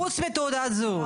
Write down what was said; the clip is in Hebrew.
חוץ מתעודת זהות,